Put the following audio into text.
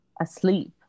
asleep